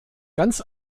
ganz